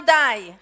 die